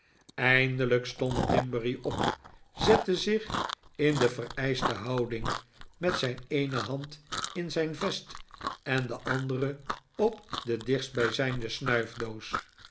eindelijk stond timberry op zette zich in de vereischte houding met zijn eene hand in zijn vest en de andere op de dichtstbijzijnde